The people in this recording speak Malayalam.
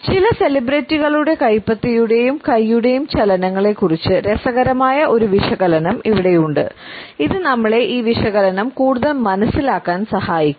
ചില സെലിബ്രിറ്റികളുടെ കൈപ്പത്തിയുടെയും കൈയുടെയും ചലനങ്ങളെക്കുറിച്ച് രസകരമായ ഒരു വിശകലനം ഇവിടെയുണ്ട് ഇത് നമ്മളെ ഈ വിശകലനം കൂടുതൽ മനസിലാക്കാൻ സഹായിക്കും